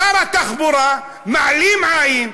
שר התחבורה מעלים עין,